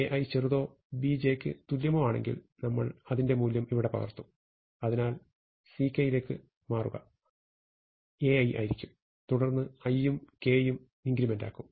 A i ചെറുതോ Bjക്ക് തുല്യമോ ആണെങ്കിൽ നമ്മൾ അതിന്റെ മൂല്യം ഇവിടെ പകർത്തും അതിനാൽ Ck യിലേക്ക് മാറുക Ai ആയിരിക്കും തുടർന്ന് i യും k യും ഇൻക്രിമെന്റാക്കും